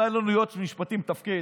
אם היה לנו יועץ משפטי מתפקד